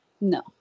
No